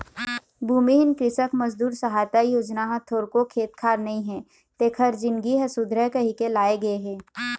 भूमिहीन कृसक मजदूर सहायता योजना ह थोरको खेत खार नइ हे तेखर जिनगी ह सुधरय कहिके लाए गे हे